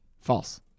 False